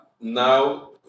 now